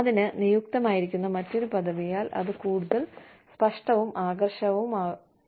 അതിന് നിയുക്തമാക്കിയിരിക്കുന്ന മറ്റൊരു പദവിയാൽ അത് കൂടുതൽ സ്പഷ്ടവും ആകർഷകവുമാക്കുന്നു